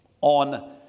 on